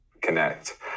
connect